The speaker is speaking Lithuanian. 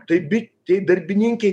tai bitei darbininkei